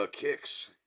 kicks